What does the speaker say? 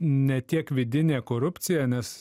ne tiek vidinė korupcija nes